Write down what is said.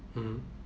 mmhmm